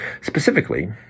Specifically